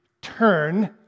turn